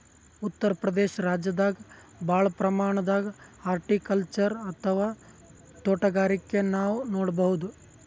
ಉತ್ತರ್ ಪ್ರದೇಶ ರಾಜ್ಯದಾಗ್ ಭಾಳ್ ಪ್ರಮಾಣದಾಗ್ ಹಾರ್ಟಿಕಲ್ಚರ್ ಅಥವಾ ತೋಟಗಾರಿಕೆ ನಾವ್ ನೋಡ್ಬಹುದ್